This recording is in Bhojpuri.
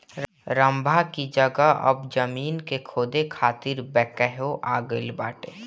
रम्भा की जगह अब जमीन के खोदे खातिर बैकहो आ गईल बाटे